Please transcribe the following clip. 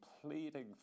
pleading